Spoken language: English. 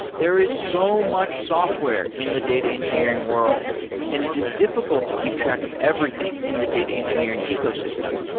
there is so much software in the data engineering world and it is difficult to keep track of everything in the data engineering ecosystem.